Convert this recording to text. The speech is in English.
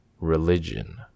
religion